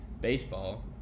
baseball